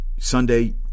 Sunday